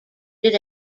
did